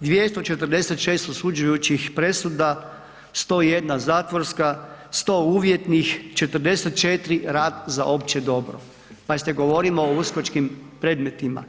246 osuđujućih presuda, 101 zatvorska, 100 uvjetnih, 44 rad za opće dobro, pazite govorimo o uskočkim predmetima.